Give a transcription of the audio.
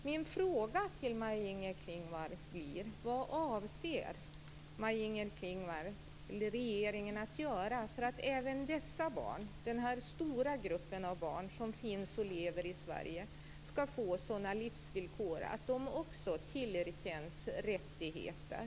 Min fråga till Maj-Inger Klingvall blir: Vad avser regeringen att göra för att även denna stora grupp av barn som lever i Sverige skall få livsvillkor som innebär att också de tillerkänns rättigheter?